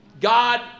God